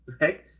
right